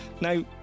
Now